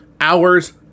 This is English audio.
hours